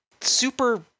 super